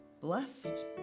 blessed